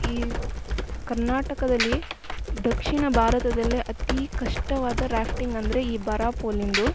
ಈ ಕರ್ನಾಟಕದಲ್ಲಿ ದಕ್ಷಿಣ ಭಾರತದಲ್ಲೇ ಅತೀ ಕಷ್ಟವಾದ ರಾಫ್ಟಿಂಗ್ ಅಂದರೆ ಈ ಬರ್ಹಾಪುಲ್ನಿಂದು